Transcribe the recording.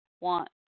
want